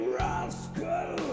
rascal